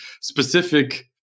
specific